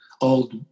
old